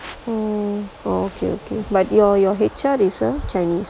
okay okay but your your H_R is a chinese